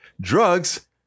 Drugs